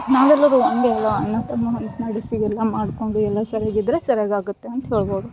ನಾವೆಲ್ಲರು ಒಂದೇ ಅಲ್ವ ಅಣ್ಣತಮ್ಮ ಅಂತ ನಡೆಸಿ ಇವೆಲ್ಲ ಮಾಡ್ಕೊಂಡು ಎಲ್ಲ ಸರ್ಯಾಗಿ ಇದ್ರೆ ಸರ್ಯಾಗಿ ಆಗುತ್ತೆ ಅಂತ ಹೇಳ್ಬೋದು